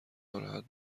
ناراحت